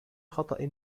خطأ